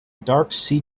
dark